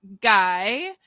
guy